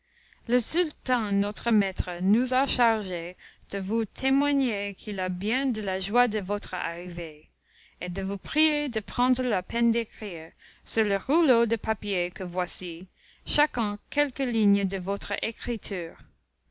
le sultan notre maître nous a chargés de vous témoigner qu'il a bien de la joie de votre arrivée et de vous prier de prendre la peine d'écrire sur le rouleau de papier que voici chacun quelques lignes de votre écriture